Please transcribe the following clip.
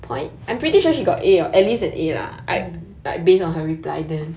mm